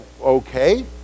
okay